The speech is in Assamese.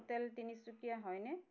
হোটেল তিনিচুকীয়া হয়নে